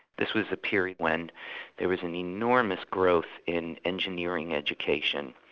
this was the period when there was an enormous growth in engineering education,